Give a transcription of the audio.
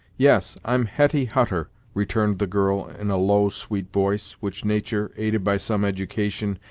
yes, i'm hetty hutter returned the girl in a low, sweet voice, which nature, aided by some education,